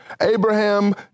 Abraham